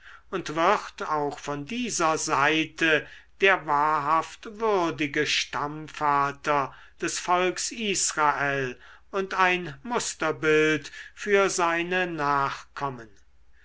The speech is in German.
und wird auch von dieser seite der wahrhaft würdige stammvater des volks israel und ein musterbild für seine nachkommen